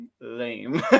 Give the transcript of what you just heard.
lame